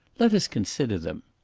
let us consider them!